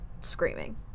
screaming